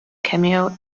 cameo